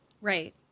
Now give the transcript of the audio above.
Right